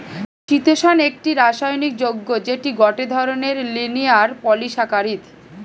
চিতোষণ একটি রাসায়নিক যৌগ্য যেটি গটে ধরণের লিনিয়ার পলিসাকারীদ